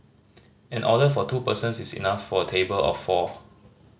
an order for two persons is enough for a table of four